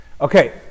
Okay